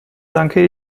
danke